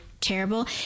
terrible